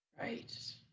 right